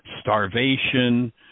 starvation